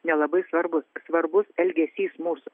nelabai svarbus svarbus elgesys mūsų